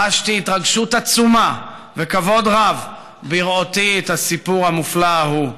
חשתי התרגשות עצומה וכבוד רב בראותי את הסיפור המופלא ההוא.